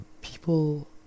people